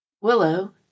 Willow